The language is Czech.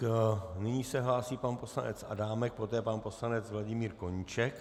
Nyní se hlásí pan poslanec Adámek, poté pan poslanec Vladimír Koníček.